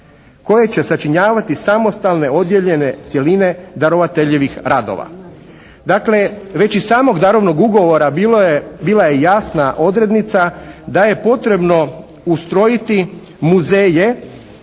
koje će sačinjavati samostalne odijeljene cjeline darovateljevih radova. Dakle već iz samog darovnog ugovora bila je jasna odrednica da je potrebno ustrojiti muzeje